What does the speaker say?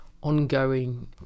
ongoing